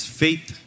faith